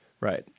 Right